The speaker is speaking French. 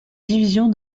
divisions